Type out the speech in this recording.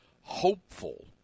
hopeful